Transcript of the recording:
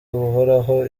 buhoraho